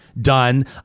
done